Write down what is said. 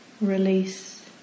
Release